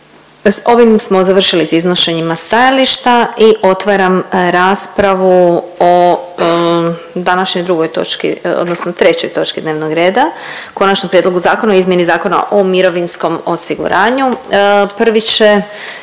O.k. **Glasovac, Sabina (SDP)** I otvaram raspravu o današnjoj drugoj točki, odnosno trećoj točki dnevnog reda Konačnom prijedlogu zakona o izmjeni Zakona o mirovinskom osiguranju. Prvi će